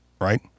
right